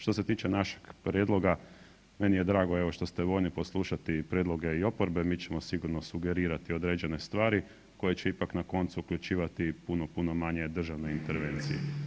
Što se tiče našeg prijedloga, meni je drago što ste voljni poslušati prijedloge i oporbe, mi ćemo sigurno sugerirati određene stvari koje će ipak na koncu uključivati puno, puno manje državne intervencije.